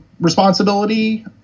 responsibility